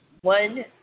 one